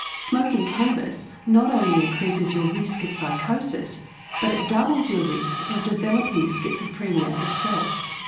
smoking cannabis not only increases your risk of psychosis but it doubles your risk of developing schizophrenia itself.